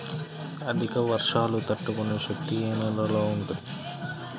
అధిక వర్షాలు తట్టుకునే శక్తి ఏ నేలలో ఉంటుంది?